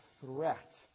threat